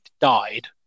died